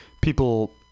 people